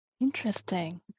Interesting